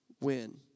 win